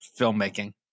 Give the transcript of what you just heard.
filmmaking